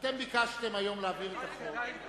אתם ביקשתם היום להעביר את החוק,